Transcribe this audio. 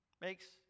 makes